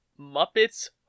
Muppets